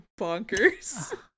bonkers